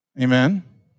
Amen